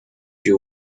you